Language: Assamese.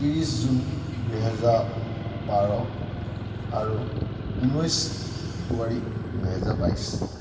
ত্ৰিছ জুন দুহেজাৰ বাৰ আৰু ঊনৈছ ফেব্ৰুৱাৰী দুহেজাৰ বাইছ